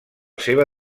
seva